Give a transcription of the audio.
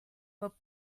but